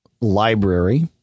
library